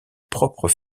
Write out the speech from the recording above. propre